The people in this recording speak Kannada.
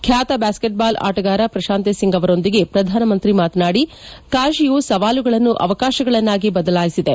ಖ್ಯಾತ ಬ್ಲಾಸ್ಲೆಟ್ ಬಾಲ್ ಆಟಗಾರ ಪ್ರಶಾಂತಿ ಸಿಂಗ್ ಅವರೊಂದಿಗೆ ಪ್ರಧಾನಮಂತ್ರಿ ಮಾತನಾಡಿ ಕಾಶಿಯು ಸವಾಲುಗಳನ್ನು ಅವಕಾಶಗಳನ್ನಾಗಿ ಬದಲಾಯಿಸಿದೆ